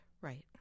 right